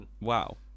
wow